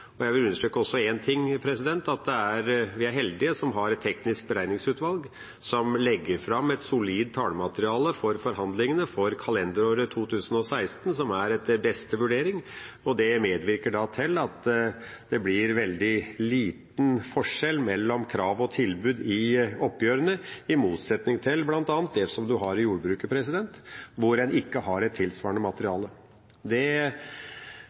Jeg vil også understreke én ting, og det er at vi er heldige som har Teknisk beregningsutvalg, som legger fram et solid tallmateriale for forhandlingene for kalenderåret 2016, som er etter beste vurdering. Det medvirker til at det blir veldig liten forskjell mellom krav og tilbud i oppgjørene, i motsetning til bl.a. det som en har i jordbruket, der en ikke har et tilsvarende materiale. Det